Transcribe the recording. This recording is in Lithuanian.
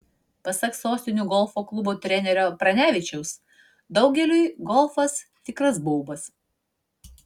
pasak sostinių golfo klubo trenerio pranevičiaus daugeliui golfas tikras baubas